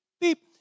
beep